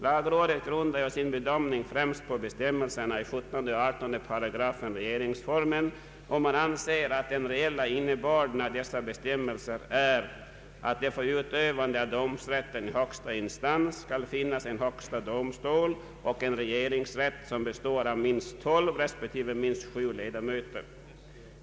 Lagrådet grundar sin bedömning främst på 17 och 18 §§ regeringsformen och anser att den reella innebörden av dessa bestämmelser är att det för utövandet av domsrätten i högsta instans skall finnas en högsta domstol och en regeringsrätt som består av minst tolv respektive minst sju ledamöter.